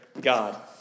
God